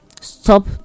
stop